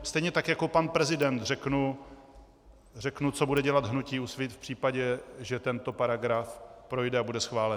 Stejně tak jako pan prezident řeknu, co bude dělat hnutí Úsvit v případě, že tento paragraf projde a bude schválen.